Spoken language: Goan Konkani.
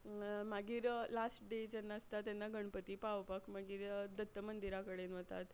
मागीर लास्ट डे जेन्ना आसता तेन्ना गणपती पावपाक मागीर दत्त मंदिरा कडेन वतात